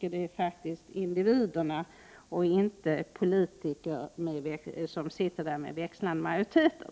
Det är faktiskt individerna, inte politikerna, som sitter med växlande majoriteter.